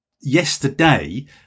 yesterday